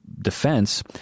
defense